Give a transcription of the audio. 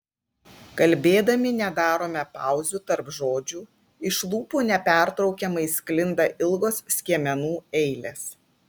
kalbėdami nedarome pauzių tarp žodžių iš lūpų nepertraukiamai sklinda ilgos skiemenų eilės